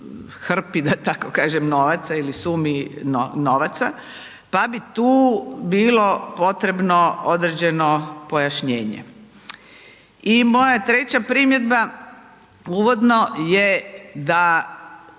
da tako kažem novaca ili sumi novaca pa bi tu bilo potrebno određeno pojašnjenje. I moja treća primjedba uvodno je da